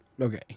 Okay